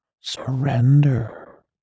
Surrender